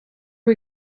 are